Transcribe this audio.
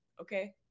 okay